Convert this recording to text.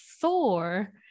Thor